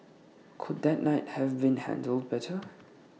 could that night have been handled better